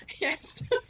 Yes